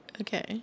okay